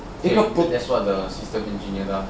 so that's what the system engineer does lah